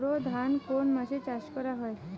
বোরো ধান কোন মাসে করা হয়?